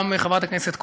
גם חברת הכנסת קורן,